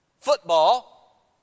football